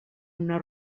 una